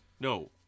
No